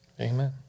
Amen